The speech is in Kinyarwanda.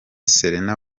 serena